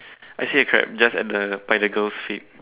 actually correct just at the Pythagoras shape